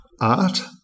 art